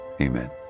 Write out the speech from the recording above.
Amen